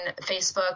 Facebook